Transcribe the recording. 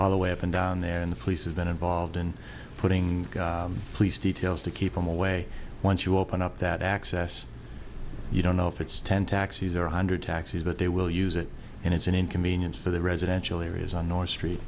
all the way up and down then the police have been involved in putting police details to keep them away once you open up that access you don't know if it's ten taxis or one hundred taxis but they will use it and it's an inconvenience for the residential areas on noise street